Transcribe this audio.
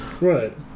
Right